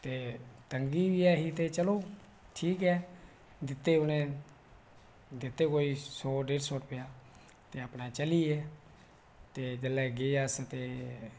ते तंगी भी ऐ ही ते चलो ठीक ऐ दित्ते उनें हे दित्ते कोई सौ ढेड सौ रुपया ते अपना चली पे ते जेह्ले गे अस ते